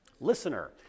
listener